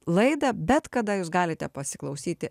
laidą bet kada jūs galite pasiklausyti